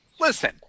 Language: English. listen